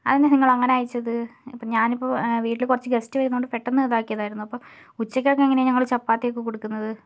അതെന്താണ് നിങ്ങൾ അങ്ങനെ അയച്ചത് ഞാനിപ്പോൾ വീട്ടിൽ കുറച്ച് ഗസ്റ്റ് വരുന്നതു കൊണ്ട് പെട്ടെന്ന് ഇതാക്കിയതായിരുന്നു അപ്പോൾ ഉച്ചക്കൊക്കെ എങ്ങനെ ഞങ്ങൾ ചപ്പാത്തി ഒക്കെ കൊടുക്കുന്നത്